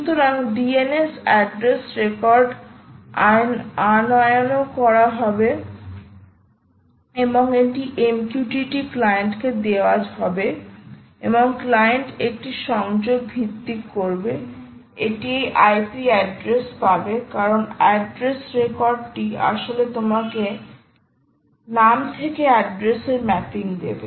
সুতরাং DNS address record আনয়ন করা হবে এবং এটি MQTT ক্লায়েন্টকে দেওয়া হবে এবং ক্লায়েন্ট একটি সংযোগ ভিত্তিক করবে এটি এই IP অ্যাড্রেস পাবে কারণ অ্যাড্রেস রেকর্ডটি আসলে তোমাকেনাম থেকেঅ্যাড্রেস এর ম্যাপিং দেবে